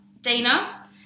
Dana